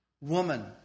Woman